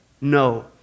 No